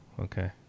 okay